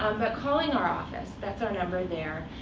um but calling our office that's our number there.